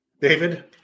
David